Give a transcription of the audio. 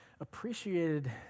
Appreciated